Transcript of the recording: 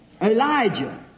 Elijah